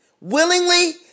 willingly